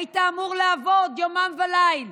היית אמור לעבוד יומם וליל,